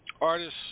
Artists